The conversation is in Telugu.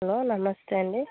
హలో నమేస్తే అండి